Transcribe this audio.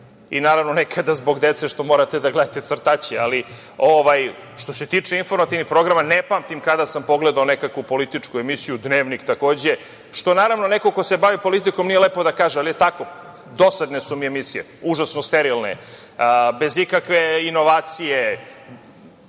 i naravno nekada zbog dece što morate da gledate crtaće. Što se tiče informativnog programa ne pamtim kada sam pogledao nekakvu politički emisiju, dnevnik takođe, što naravno neko ko se bavi politikom nije lepo da kaže, ali je tako - dosadne su mi emisije. Užasno su mi sterilne, bez ikakve inovacije.